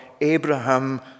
Abraham